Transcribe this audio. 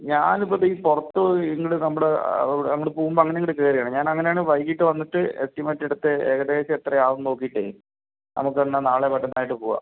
ഞാനിപ്പോൾ ദേ ഈ പുറത്ത് ഇങ്ങട് നമ്മടെ അങ്ങോട്ട് പോകുമ്പോൾ അങ്ങനങ്ങട് കയറുവാണ് ഞാനങ്ങനാണെൽ വൈകിട്ട് വന്നിട്ട് എസ്റ്റിമേറ്റെടുത്ത് ഏകദേശം എത്ര ആകുമെന്ന് നോക്കിയിട്ട് നമുക്കെന്നാൽ നാളെയോ മറ്റന്നാളായിട്ടോ പോകാം